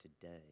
today